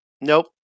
nope